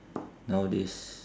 nowadays